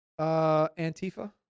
Antifa